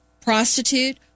prostitute